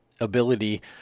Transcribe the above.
ability